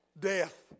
Death